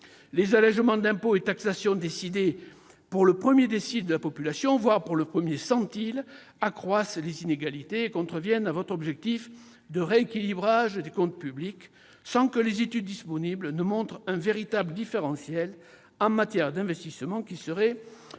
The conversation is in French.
Les allégements d'impôts et de taxations décidés pour le premier décile de la population, voire pour le premier centile, accroissent les disparités et contreviennent à votre objectif de rééquilibrage des comptes publics, sans que les études disponibles montrent un véritable différentiel en matière d'investissement, qui serait